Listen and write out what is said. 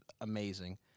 amazing